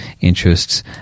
interests